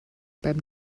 beim